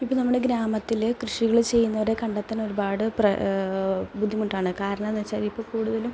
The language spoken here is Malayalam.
ഇപ്പോൾ നമ്മുടെ ഗ്രാമത്തിൽ കൃഷികൾ ചെയ്യുന്നവരെ കണ്ടെത്താൻ ഒരുപാട് ബുദ്ധിമുട്ടാണ് കാരണം എന്നു വച്ചാൽ ഇപ്പോൾ കൂടുതലും